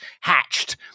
hatched